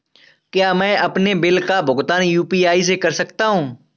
क्या मैं अपने बिल का भुगतान यू.पी.आई से कर सकता हूँ?